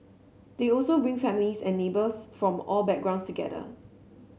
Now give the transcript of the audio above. they also bring families and neighbours from all backgrounds together